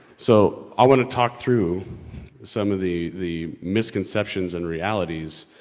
so i wanna talk through some of the, the misconceptions and realities,